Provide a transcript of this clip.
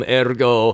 ...ergo